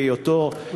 בהיותו,